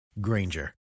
Granger